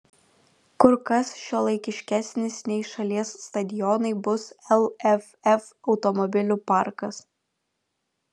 kur kas šiuolaikiškesnis nei šalies stadionai bus lff automobilių parkas